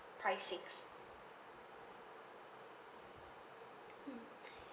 pricing mm